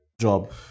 job